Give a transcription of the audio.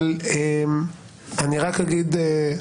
רק אגיד,